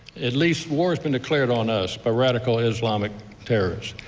at least war has been declared on us by radical islamic terrorists.